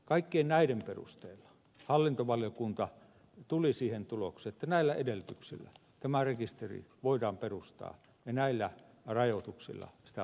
kaikkien näiden perusteella hallintovaliokunta tuli siihen tulokseen että näillä edellytyksillä tämä rekisteri voidaan perustaa ja näillä rajoituksilla sitä voidaan käyttää